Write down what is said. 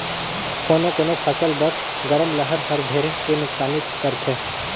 कोनो कोनो फसल बर गरम लहर हर ढेरे के नुकसानी करथे